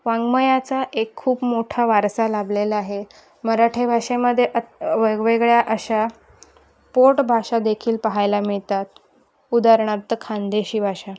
वाङ्मयाचा एक खूप मोठा वारसा लाभलेला आहे मराठी भाषेमध्ये अत् वेगवेगळ्या अशा पोट भाषादेखील पाहायला मिळतात उदाहरणार्थ खानदेशी भाषा